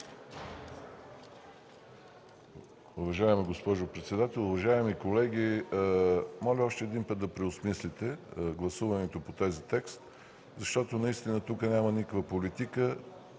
Уважаема госпожо председател, уважаеми колеги! Моля още един път да преосмислите гласуването по този текст, защото наистина тук няма никаква политика.